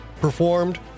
performed